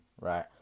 Right